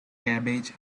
cabbage